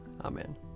Amen